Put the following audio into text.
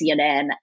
CNN